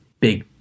big